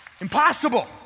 Impossible